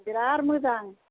बेराद मोजां